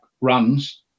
runs